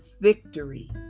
victory